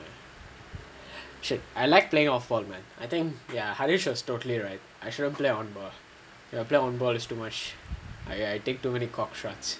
should I like playing off ball I think ya how harish was totally right I should have play off ball play one ball is too much I think too many court strikes